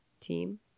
team